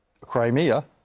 Crimea